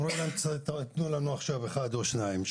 אומרים להם - תנו לנו עכשיו אחד או שניים,